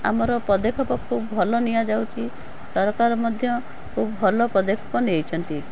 ଆମର ପଦକ୍ଷେପ ଖୁବ୍ ଭଲ ନିଆଯାଉଛି ସରକାର ମଧ୍ୟ ଖୁବ୍ ଭଲ ପଦକ୍ଷେପ ନେଇଛନ୍ତି